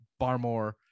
barmore